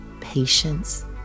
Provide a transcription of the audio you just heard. patience